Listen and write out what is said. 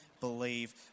believe